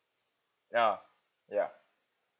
ya ya